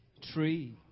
tree